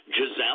Giselle